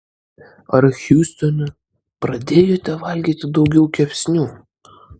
ar hjustone pradėjote valgyti daugiau kepsnių